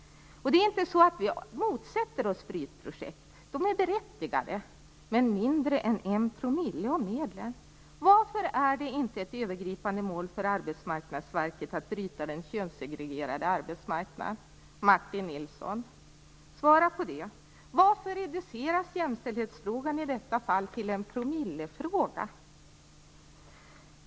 Det är inte så att vi motsätter oss brytprojekt. De är berättigade. Men det handlar om mindre än en promille av medlen. Varför är det inte ett övergripande mål för Arbetsmarknadsverket att bryta den könssegregerade arbetsmarknaden, Martin Nilsson? Svara på det. Varför reduceras jämställdhetsfrågan i detta fall till en promillefråga?